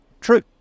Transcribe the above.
true